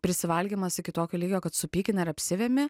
prisivalgymas iki tokio lygio kad supykina ir apsivemi